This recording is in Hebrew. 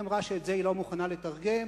היא אמרה שאת זה היא לא מוכנה לתרגם.